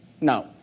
No